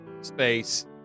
space